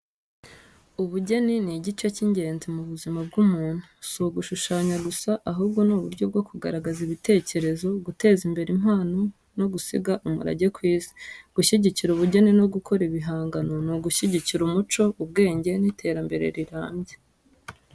Ubugeni ni igice cy’ingenzi mu buzima bw’umuntu. Si ugushushanya gusa, ahubwo ni uburyo bwo kugaragaza ibitekerezo, guteza imbere impano, no gusiga umurage ku isi. Gushyigikira ubugeni no gukora ibihangano ni ugushyigikira umuco, ubwenge, n’iterambere rirambye.